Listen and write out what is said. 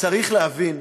צריך להבין